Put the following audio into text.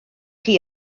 chi